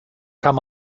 kann